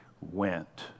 went